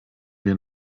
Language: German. wir